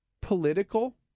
political